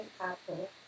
Apple